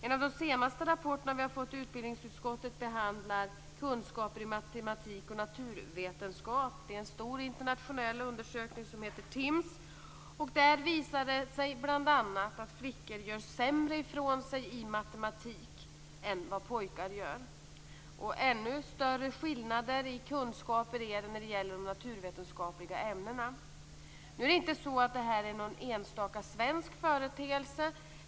En av de senaste rapporter som vi har fått i utbildningsutskottet behandlar kunskaper i matematik och naturvetenskap. Det är fråga om en stor internationell undersökning, som kallas TIMSS. Den visar bl.a. att flickor gör sämre ifrån sig i matematik än vad pojkar gör. Ännu större skillnader i kunskaper redovisas i de naturvetenskapliga ämnena. Det här är inte någon enstaka svensk företeelse.